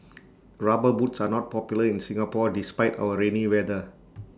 rubber boots are not popular in Singapore despite our rainy weather